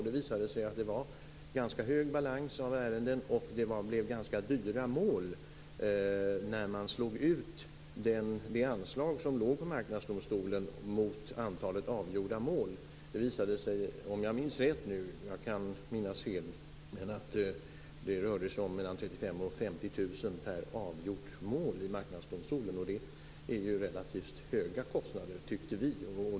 Det visade sig att det var ganska hög balans av ärenden och det blev ganska dyra mål när man slog ut det anslag som låg på Marknadsdomstolen mot antalet avgjorda mål. Det visade sig att det rörde sig om mellan 35 000 och 50 000 per avgjort mål i Marknadsdomstolen, om jag minns rätt - jag kan minnas fel. Vi tyckte att det är relativt höga kostnader.